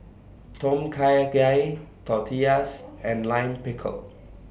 Tom Kha Gai Tortillas and Lime Pickle